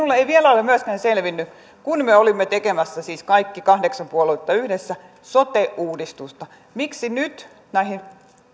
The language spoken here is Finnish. minulle ei vielä ole myöskään selvinnyt kun me olimme tekemässä siis kaikki kahdeksan puoluetta yhdessä sote uudistusta miksi nyt näihin